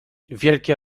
wielkie